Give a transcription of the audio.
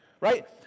Right